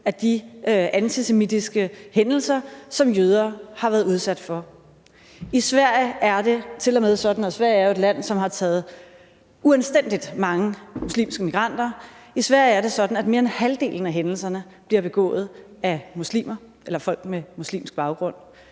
af de antisemitiske hændelser, som jøder har været udsat for. I Sverige er det til og med sådan – og Sverige er jo et land, som har taget uanstændig mange muslimske migranter – at mere end halvdelen af hændelserne bliver begået af muslimer eller folk med muslimsk baggrund.